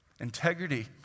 Integrity